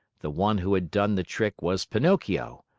the one who had done the trick was pinocchio,